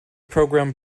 program